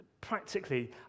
practically